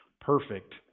perfect